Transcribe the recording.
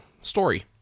story